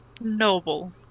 Noble